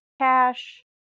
cash